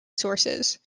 sources